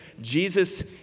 Jesus